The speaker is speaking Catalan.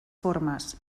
formes